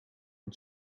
een